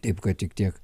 taip kad tik tiek